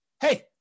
hey